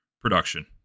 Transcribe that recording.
production